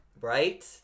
Right